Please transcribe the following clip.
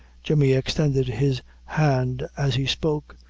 jemmy extended his hand as he spoke,